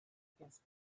against